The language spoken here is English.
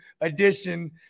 edition